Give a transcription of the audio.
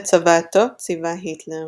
בצוואתו ציווה היטלר